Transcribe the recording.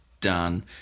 done